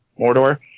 Mordor